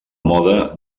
mode